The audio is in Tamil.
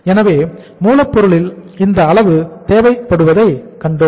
எனவே மூலப் பொருளில் இந்த அளவு தேவைப்படுவதை கண்டோம்